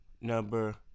number